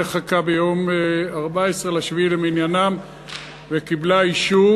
חקיקה ביום 14 ביולי למניינם וקיבלה אישור.